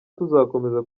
tuzakomeza